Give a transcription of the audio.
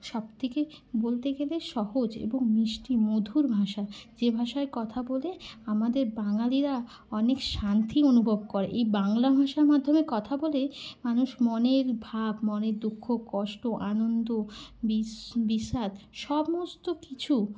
সবথেকে বলতে গেলে সহজ এবং মিষ্টি মধুর ভাষা যে ভাষায় কথা বলে আমাদের বাঙালিরা অনেক শান্তি অনুভব করে এই বাংলা ভাষার মাধ্যমে কথা বলে মানুষ মনের ভাব মনের দুঃখ কষ্ট আনন্দ বিষাদ সমস্ত কিছু